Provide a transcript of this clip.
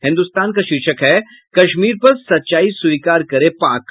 हिन्द्रस्तान का शीर्षक है कश्मीर पर सच्चाई स्वीकार करे पाक